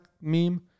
meme